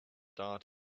daughter